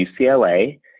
UCLA